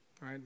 right